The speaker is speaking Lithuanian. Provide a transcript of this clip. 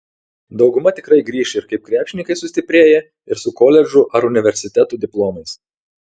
dauguma tikrai grįš ir kaip krepšininkai sustiprėję ir su koledžų ar universitetų diplomais